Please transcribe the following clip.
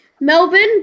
Melbourne